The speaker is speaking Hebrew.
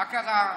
מה קרה?